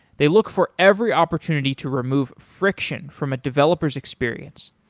they look for every opportunity to remove friction from a developer s experience.